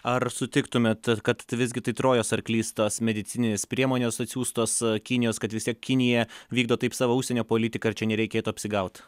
ar sutiktumėt kad visgi tai trojos arklys tos medicininės priemonės atsiųstos kinijos kad vis tiek kinija vykdo taip savo užsienio politiką ir čia nereikėtų apsigaut